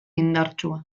indartsua